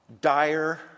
dire